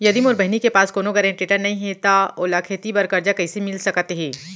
यदि मोर बहिनी के पास कोनो गरेंटेटर नई हे त ओला खेती बर कर्जा कईसे मिल सकत हे?